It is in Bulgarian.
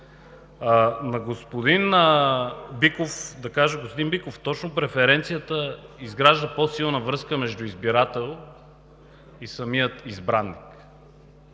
На господин Биков ще кажа: господин Биков, точно преференцията изгражда по-силна връзка между избирател и самия избраник.